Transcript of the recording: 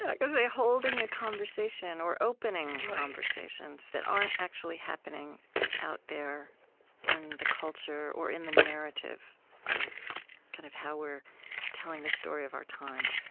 like i say holding a conversation, or, opening conversations that aren't actually happening out there in the culture or in the narrative of kind of how we're telling the story of our time